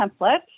template